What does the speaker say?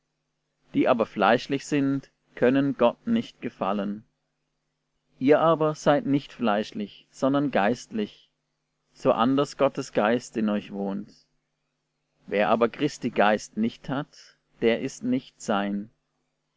die aber fleischlich sind können gott nicht gefallen ihr aber seid nicht fleischlich sondern geistlich so anders gottes geist in euch wohnt wer aber christi geist nicht hat der ist nicht sein